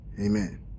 Amen